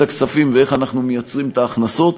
הכספים ואיך אנחנו מייצרים את ההכנסות.